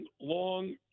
long